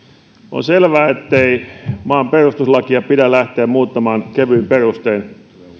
on selvää ettei maan perustuslakia pidä lähteä muuttamaan kevyin perustein